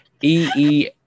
EE